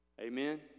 Amen